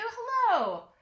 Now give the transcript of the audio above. hello